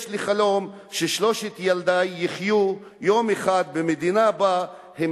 יש לי חלום ששלושת ילדי יחיו יום אחד במדינה שבה הם